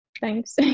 thanks